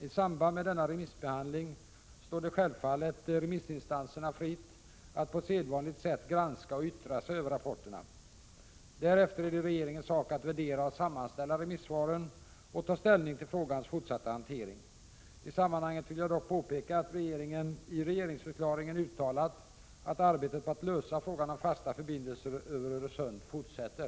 I samband med denna remissbehandling står det självfallet remissinstanserna fritt att på sedvanligt sätt granska och yttra sig över rapporterna. Därefter är det regeringens sak att värdera och sammanställa remissvaren och ta ställning till frågans fortsatta hantering. I sammanhanget vill jag påpeka att regeringen i regeringsförklaringen utttalat att arbetet på att lösa frågan om fasta förbindelser över Öresund fortsätter.